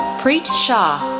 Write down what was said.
preet shah,